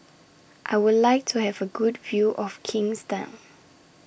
I Would like to Have A Good View of Kingstown